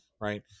right